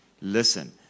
listen